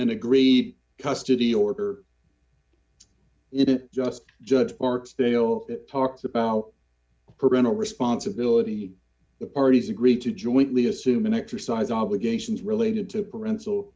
an agreed custody order and it just judge barksdale talks about parental responsibility the parties agreed to jointly assuming exercise obligations related to parental